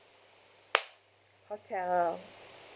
hotel